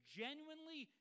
genuinely